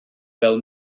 fel